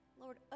Lord